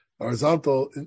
horizontal